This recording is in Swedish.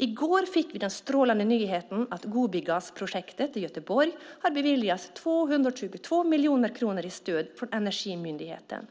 I går fick vi den strålande nyheten att Gobigasprojektet i Göteborg har beviljats 222 miljoner kronor i stöd från Energimyndigheten.